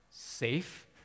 Safe